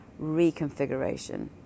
reconfiguration